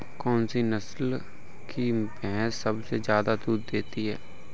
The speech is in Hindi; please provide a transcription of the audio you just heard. कौन सी नस्ल की भैंस सबसे ज्यादा दूध देती है?